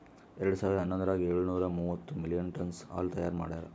ಎರಡು ಸಾವಿರಾ ಹನ್ನೊಂದರಾಗ ಏಳು ನೂರಾ ಮೂವತ್ತು ಮಿಲಿಯನ್ ಟನ್ನ್ಸ್ ಹಾಲು ತೈಯಾರ್ ಮಾಡ್ಯಾರ್